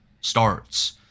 starts